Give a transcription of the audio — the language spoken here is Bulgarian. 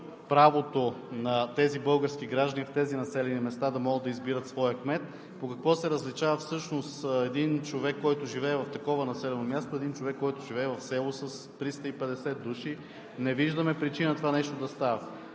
правото на българските граждани в тези населени места да могат да избират своя кмет. По какво се различава един човек, който живее в такова населено място, от един човек, който живее в село с 350 души? Не виждаме причина това нещо да става.